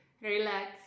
relax